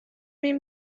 این